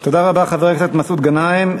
תודה רבה, חבר הכנסת מסעוד גנאים.